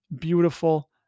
beautiful